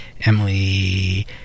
Emily